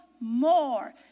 more